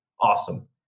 Awesome